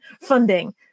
funding